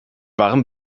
warm